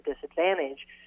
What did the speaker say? disadvantage